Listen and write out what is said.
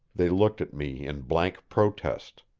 they looked at me in blank protest.